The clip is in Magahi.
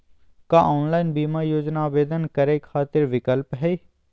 का ऑनलाइन बीमा योजना आवेदन करै खातिर विक्लप हई?